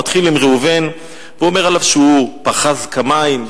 הוא מתחיל עם ראובן ואומר עליו שהוא "פחז כמים",